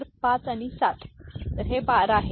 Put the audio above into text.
तर 5 आणि 7 तर हे 12 आहे